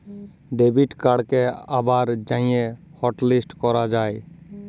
debit কাড়কে আবার যাঁয়ে হটলিস্ট ক্যরা যায়